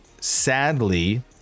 sadly